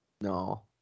No